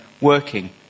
working